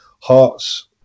hearts